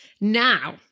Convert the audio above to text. Now